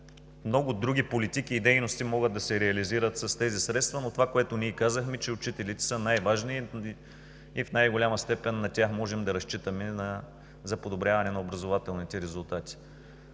много други политики и дейности могат да се реализират с тези средства, но това, което ние казахме, е, че учителите са най-важни и в най-голяма степен можем да разчитаме на тях за подобряване на образователните резултати.